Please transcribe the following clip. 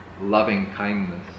loving-kindness